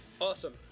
Awesome